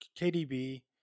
KDB